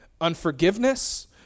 unforgiveness